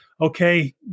okay